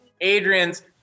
Adrian's